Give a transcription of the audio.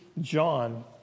John